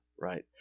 Right